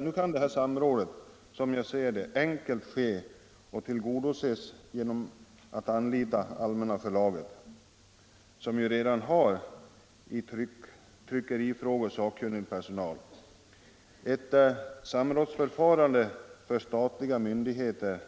Nu kan det här samrådet, som jag ser det, enkelt ske genom anlitande av Allmänna Förlaget, som ju redan hade i tryckerifrågor sakkunnig personal. Ett samrådsförfarande för statliga myndigheter,